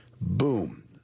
Boom